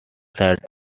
side